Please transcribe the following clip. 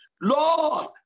Lord